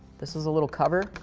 this is a little cover,